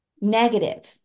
negative